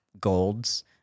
golds